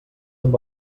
amb